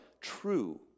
true